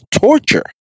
torture